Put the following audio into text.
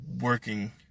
working